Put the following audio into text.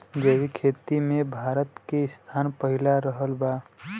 जैविक खेती मे भारत के स्थान पहिला रहल बा